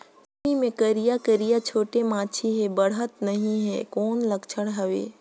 सेमी मे करिया करिया छोटे माछी हे बाढ़त नहीं हे कौन लक्षण हवय?